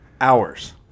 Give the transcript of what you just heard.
hours